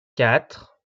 quatre